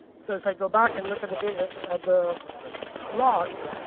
so if i go back and look at the the ah at the logs,